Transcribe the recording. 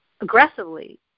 aggressively